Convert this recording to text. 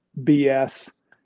BS